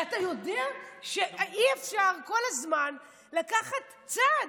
אתה יודע שאי-אפשר כל הזמן לקחת צד.